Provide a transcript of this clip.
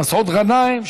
מסעוד גנאים,